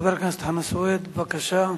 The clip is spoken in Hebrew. חבר הכנסת חנא סוייד, בבקשה.